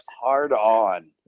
Hard-On